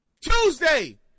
Tuesday